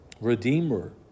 Redeemer